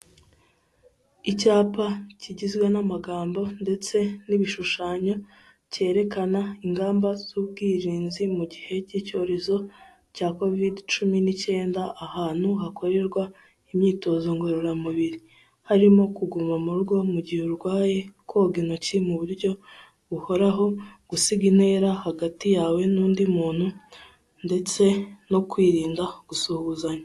Icyapa kigizwe n'amagambo ndetse n'ibishushanyo kerekana ingamba z'ubwirinzi mu gihe k'icyorezo cya kovide cumi n'icyenda, ahantu hakorerwa imyitozo ngororamubiri, harimo kuguma mu rugo mu gihe urwaye, koga intoki mu buryo buhoraho, gusiga intera hagati yawe n'undi muntu ndetse no kwirinda gusuhuzanya.